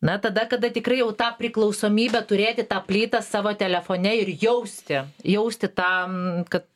na tada kada tikrai jau tą priklausomybę turėti tą plytą savo telefone ir jausti jausti tą ka